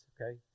Okay